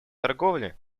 торговли